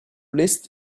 list